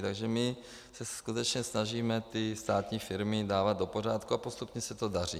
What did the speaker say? Takže my se skutečně snažíme ty státní firmy dávat do pořádku a postupně se to daří.